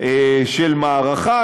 של מערכה,